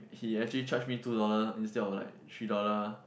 he actually charge me two dollar instead of like three dollar